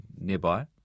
nearby